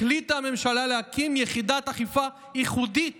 החליטה הממשלה להקים יחידת אכיפה ייחודית